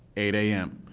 eight am.